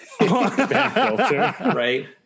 Right